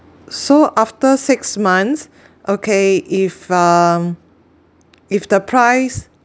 so after six months okay if um if the price